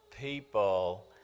people